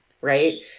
Right